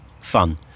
fun